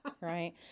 right